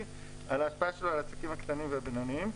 על ההשפעה שלו על העסקים הקטנים והבינוניים.